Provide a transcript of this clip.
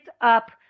up